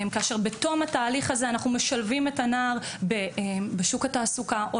כאשר בתום התהליך הזה אנחנו משלבים את הנער במקום תעסוקה או